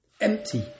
Empty